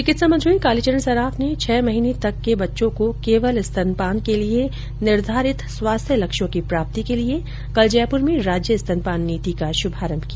चिकित्सा मंत्री कालीचरण सराफ ने छह महीने तक के बच्चों को केवल स्तनपान के लिए निर्धारित स्वास्थ्य लक्ष्यों की प्राप्ति के लिए कल जयपूर में राज्य स्तनपान नीति का शुभारंभ किया